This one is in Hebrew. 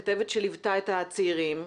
הכתבת שליוותה את הצעירים,